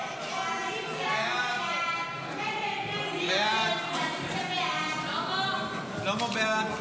סעיף 2, כהצעת הוועדה,